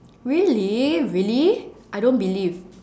really really I don't believe